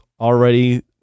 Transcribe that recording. already